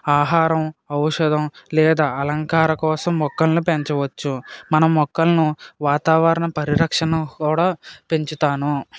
ఆహారం ఔషధం లేదా అలంకార కోసం మొక్కల్ని పెంచవచ్చు మనం మొక్కల్ను వాతావరణ పరిరక్షణ కూడా పెంచుతాను